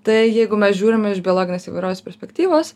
tai jeigu mes žiūrime iš biologinės įvairovės perspektyvos